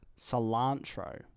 Cilantro